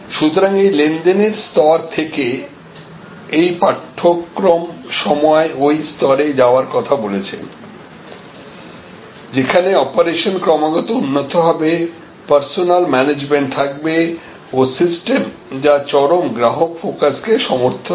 সুতরাং এই লেনদেনের স্তর থেকে এই পাঠ্যক্রম সময় ওই স্তরে যাওয়ার কথা বলেছে যেখানে অপারেশন ক্রমাগত উন্নত হবে পার্সোনাল ম্যানেজমেন্ট থাকবে ও সিস্টেম যা চরম গ্রাহক ফোকাস কে সমর্থন করে